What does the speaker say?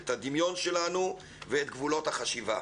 את הדמיון שלנו ואת גבולות החשיבה.